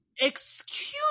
Excuse